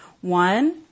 One